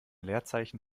leerzeichen